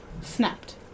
snapped